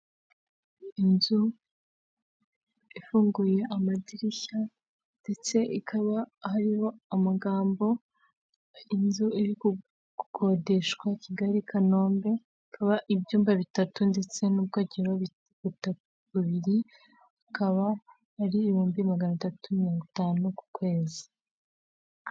Inzu ifunguye amadirishya ndetse ikaba hariho amagambo, inzu iri gukodeshwa Kigali i Kanombe, ikaba ibyumba bitatu ndetse n'ubwogero bubiri, ikaba ari ibihumbi maganatatu mirongo itanu ku kwezi.